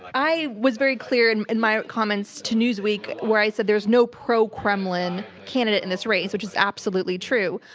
i was very clear in in my comments to newsweek where i said there is no pro-kremlin candidate in this race, which is absolutely true.